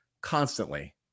constantly